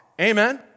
Amen